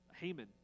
Haman